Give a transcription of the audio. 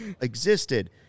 existed